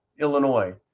Illinois